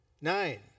Nine